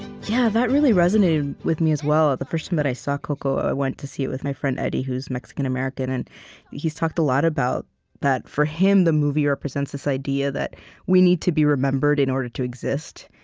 yeah that really resonated with me, as well, the first time that i saw coco, i went to see it with my friend eddie, who's mexican-american. and he's talked a lot about that, for him, the movie represents this idea that we need to be remembered in order to exist.